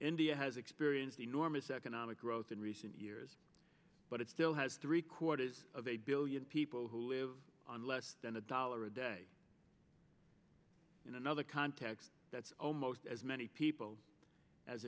india has experienced enormous economic growth in recent years but it still has three quarters of a billion people who live on less than a dollar a day in another context that's almost as many people as